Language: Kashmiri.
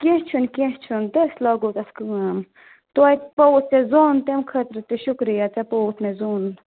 کیٚنٛہہ چھُنہٕ کیٚنٛہہ چھُنہٕ تہٕ أسۍ لاگو تَتھ کٲم توتہِ پوٚوُتھ ژےٚ زوٚن تَمہِ خٲطرٕ تہِ شُکریہ ژےٚ پوٚوُتھ مےٚ زوٚن